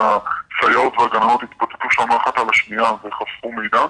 סייעות וגננות התפוצצו של אחת על השנייה וחשפו מידע,